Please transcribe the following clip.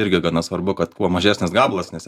ir gana svarbu kad kuo mažesnis gabalas nes